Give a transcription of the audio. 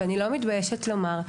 ואני לא מתביישת לומר: